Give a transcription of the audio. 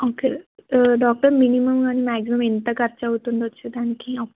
okay doctor minimum కానీ maximum ఎంత ఖర్చు అవచ్చు దానికి